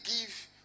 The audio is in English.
give